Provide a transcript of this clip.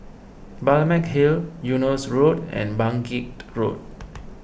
Balmeg Hill Eunos Road and Bangkit Road